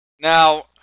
Now